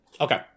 Okay